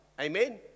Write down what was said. Amen